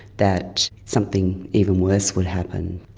that something even worse would happen.